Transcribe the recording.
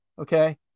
okay